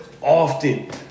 Often